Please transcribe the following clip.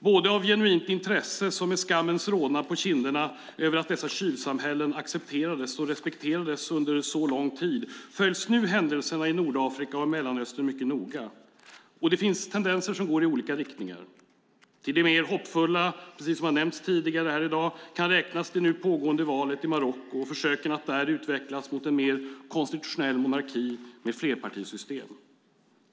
Både av genuint intresse och med skammens rodnad på kinderna över att dessa tjuvsamhällen accepterades och respekterades så länge följer man nu händelserna i Nordafrika och Mellanöstern mycket noga. Det finns tendenser som går i olika riktningar. Till det mer hoppfulla kan, precis som har nämnts tidigare här i dag, räknas det nu pågående valet i Marocko och försöken att där utvecklas mot en mer konstitutionell monarki med flerpartisystem.